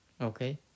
Okay